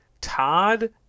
Todd